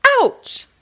ouch